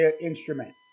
instrument